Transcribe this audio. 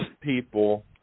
people